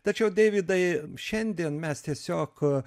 tačiau deividai šiandien mes tiesiog